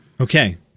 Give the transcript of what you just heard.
Okay